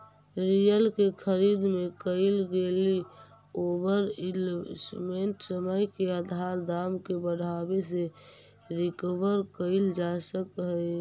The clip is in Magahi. रियल के खरीद में कईल गेलई ओवर इन्वेस्टमेंट समय के साथ दाम के बढ़ावे से रिकवर कईल जा सकऽ हई